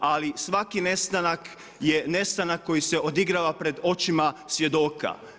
Ali svaki nestanak je nestanak koji se odigrava pred očima svjedoka.